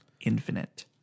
Infinite